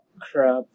crap